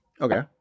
Okay